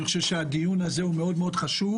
אני חושב שהדיון הזה מאוד מאוד חשוב.